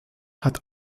hat